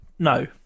No